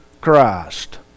Christ